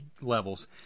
levels